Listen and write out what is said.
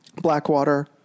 Blackwater